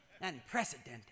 unprecedented